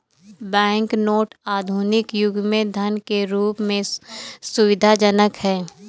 bank note आधुनिक युग में धन के रूप में सुविधाजनक हैं